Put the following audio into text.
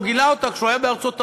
הוא גילה אותה כשהוא היה בארצות-הברית,